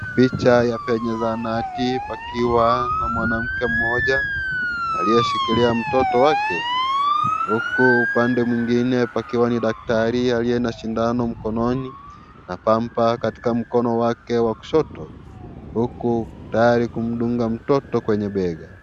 Picha ya penye zahanati pakiwa na mwanamke mmoja aliyeshikilia mtoto wake huku upande mwingine pakiwa ni daktari aliye na sindano mkononi na pamba katika mkono wake wa kushoto huku tayari kumdunga mtoto kwenye bega.